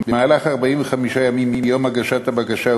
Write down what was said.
במהלך 45 ימים מיום הגשת הבקשה,